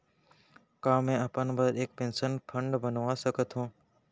का मैं अपन बर एक पेंशन फण्ड बनवा सकत हो?